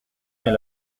mais